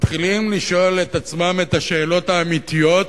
מתחילים לשאול את עצמם את השאלות האמיתיות